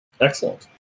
Excellent